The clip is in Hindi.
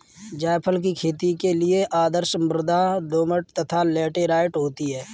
जायफल की खेती के लिए आदर्श मृदा दोमट तथा लैटेराइट होती है